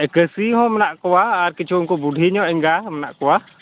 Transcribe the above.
ᱠᱟᱹᱥᱤ ᱦᱚᱸ ᱢᱮᱱᱟᱜ ᱠᱚᱣᱟ ᱟᱨ ᱠᱤᱪᱷᱩ ᱩᱱᱠᱩ ᱵᱩᱰᱷᱤ ᱧᱚᱜ ᱮᱸᱜᱟ ᱢᱮᱱᱟᱜ ᱠᱚᱣᱟ